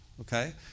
Okay